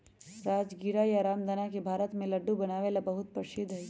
राजगीरा या रामदाना भारत में लड्डू बनावे ला बहुत प्रसिद्ध हई